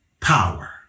power